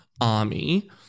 army